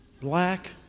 black